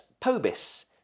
Pobis